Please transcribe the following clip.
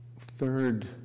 third